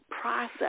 process